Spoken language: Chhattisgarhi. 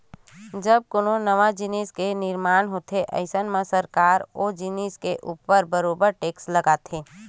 जब कोनो नवा जिनिस के निरमान होथे अइसन म सरकार ह ओ जिनिस के ऊपर बरोबर टेक्स लगाथे